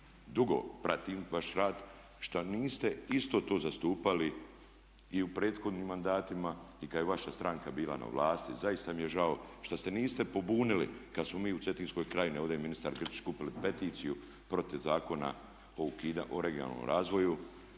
dugo pratim vaš rad što niste isto to zastupali i u prethodnim mandatima i kad je vaša stranka bila na vlasti. Zaista mi je žao što se niste pobunili kad smo mi u Cetinskoj krajini, ovdje je ministar Grčić, skupili peticiju protiv Zakona o regionalnom razvoju,